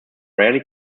rarely